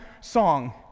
song